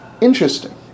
interesting